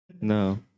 No